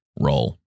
roll